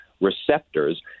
receptors